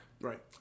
Right